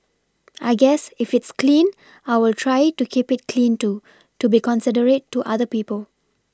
I guess if it's clean I will try to keep it clean too to be considerate to other people